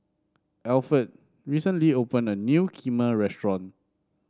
Alferd recently opened a new Kheema restaurant